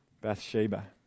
Bathsheba